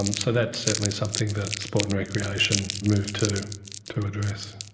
um so that's certainly something that sport and recreation moved to to address.